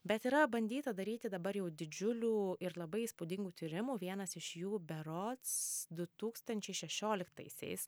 bet yra bandyta daryti dabar jau didžiulių ir labai įspūdingų tyrimų vienas iš jų berods du tūkstančiai šešioliktaisiais